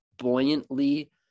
buoyantly